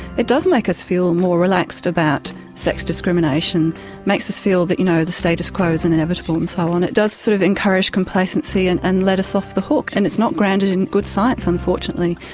it does make us feel more relaxed about sex discrimination makes us feel that, you know, the status quo is and inevitable and so on it does sort of encourage complacency and and let let us off the hook. and it's not grounded in good science, unfortunately.